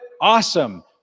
awesome